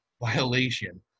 violation